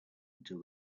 until